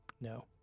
no